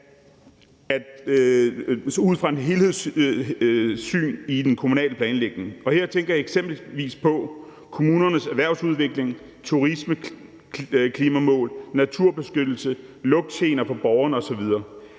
ud fra et helhedssyn i den kommunale planlægning. Her tænker jeg eksempelvis på kommunernes erhvervsudvikling, turisme, klimamål, naturbeskyttelse, lugtgener for borgerne osv.